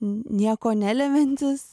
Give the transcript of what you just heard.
nieko nelemiantis